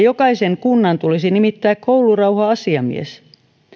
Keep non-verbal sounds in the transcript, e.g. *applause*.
*unintelligible* jokaisen kunnan tulisi nimittää koulurauha asiamies